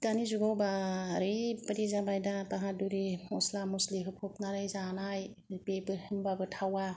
दानि जुगावबा ओरैबायदि जाबायदा बाहादुरि मसला मसलि होफबनानै जानाय बेदर होनबाबो थावा